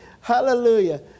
Hallelujah